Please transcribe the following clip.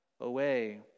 away